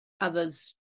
others